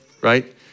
right